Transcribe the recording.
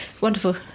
Wonderful